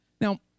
Now